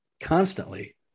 constantly